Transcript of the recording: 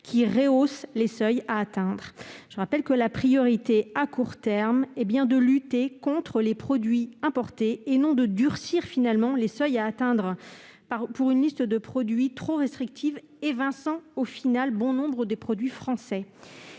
à rehausser les seuils à atteindre. Je le rappelle, la priorité à court terme est bien de lutter contre les produits importés, et non de durcir les seuils à atteindre pour une liste de produits trop restrictive, évinçant au final bon nombre de produits français.